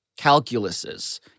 calculuses